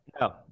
No